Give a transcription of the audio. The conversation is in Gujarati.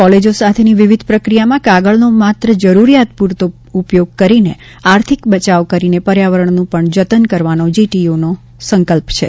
કોલેજો સાથેની વિવિધ પ્રક્રિયામાં કાગળનો માત્ર જરૂરિયાત પુરતો ઉપયોગ કરીને આર્થિક બચાવ કરીને પર્યાવરણનું પણ જતન કરવાનો જીટીયુનો સંકલ્પ છે